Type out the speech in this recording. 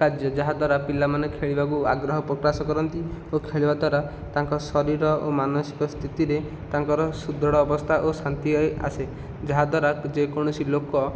କାର୍ଯ୍ୟ ଯାହାଦ୍ଵାରା ପିଲାମାନେ ଖେଳିବାକୁ ଆଗ୍ରହ ପ୍ରକାଶ କରନ୍ତି ଓ ଖେଳିବା ଦ୍ଵାରା ତାଙ୍କ ଶରୀର ଓ ମାନସିକ ସ୍ଥିତିରେ ତାଙ୍କର ସୁଦୃଢ଼ ଅବସ୍ଥା ଓ ଶାନ୍ତି ଆସେ ଯାହାଦ୍ୱାରା ଯେକୌଣସି ଲୋକ